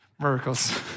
Miracles